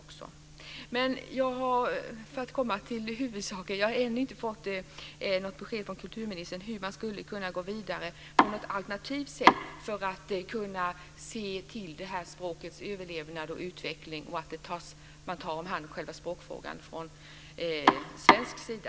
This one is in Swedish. För att komma till huvudsaken vill jag säga att jag ännu inte fått något besked från kulturministern om hur man skulle kunna gå vidare på ett alternativt sätt för att bidra till det här språkets överlevnad och utveckling och ta hand om själva språkfrågan från svensk sida.